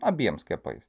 abiem skiepais